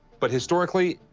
but historically,